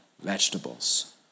vegetables